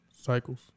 Cycles